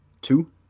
Two